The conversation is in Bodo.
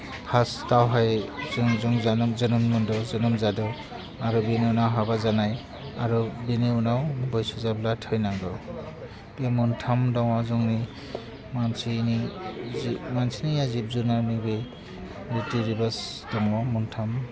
फार्स्टआवहाय जों जेरै जोनोम मोनदों जोनोम जादों आरो बेनि उनाव हाबा जानाय आरो बेनि उनाव बैसो जाब्ला थैनांगौ बे मोनथाम दङ जोंनि मोनसेनि जि मोनसेनिया जिब जुनारनिबो रिति रिबास दङ मोनथाम